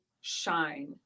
shine